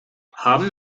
haben